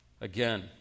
again